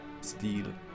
steel